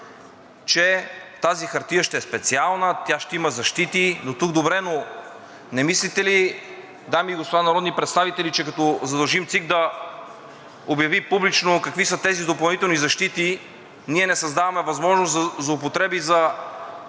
че тази хартия ще е специална, тя ще има защити. Дотук добре, но не мислите ли, дами и господа народни представители, че като задължим ЦИК да обяви публично какви са тези допълнителни защити, ние не създаваме възможност за злоупотреби за